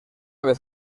vez